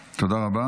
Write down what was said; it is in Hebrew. תודה רבה.